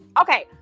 Okay